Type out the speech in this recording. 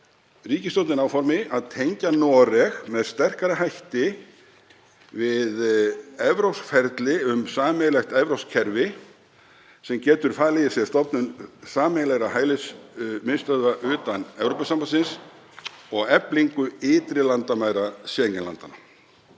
ríkisstjórnin áformi að tengja Noreg með sterkari hætti við evrópsk ferli um sameiginlegt evrópskt kerfi sem getur falið í sér stofnun sameiginlegra hælismiðstöðva utan Evrópusambandsins og eflingu ytri landamæra Schengen-landanna.